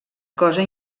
cosa